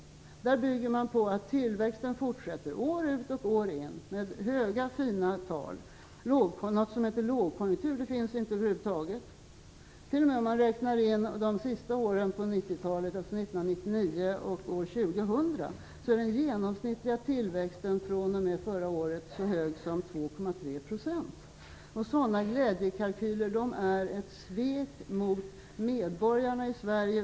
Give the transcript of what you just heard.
Där bygger man på att tillväxten fortsätter år ut och år in med höga fina tal. Något som heter lågkonjunktur finns över huvud taget inte. T.o.m. om man räknar in de sista åren på 90-talet, alltså 1999 och år 2000, är den genomsnittliga tillväxten fr.o.m. förra året så hög som 2,3 %. Sådana glädjekalkyler är ett svek mot medborgarna i Sverige.